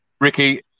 Ricky